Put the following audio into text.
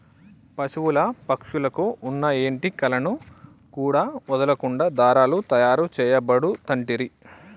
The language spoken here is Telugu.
పశువుల పక్షుల కు వున్న ఏంటి కలను కూడా వదులకుండా దారాలు తాయారు చేయబడుతంటిరి